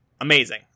amazing